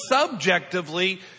subjectively